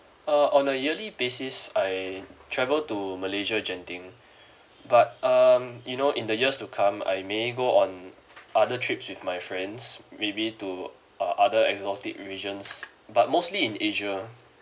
uh on a yearly basis I travel to malaysia genting but um you know in the years to come I may go on other trips with my friends maybe to uh other exotic regions but mostly in asia